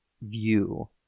view